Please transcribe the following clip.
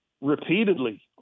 repeatedly